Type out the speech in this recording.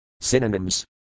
Synonyms